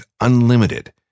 Unlimited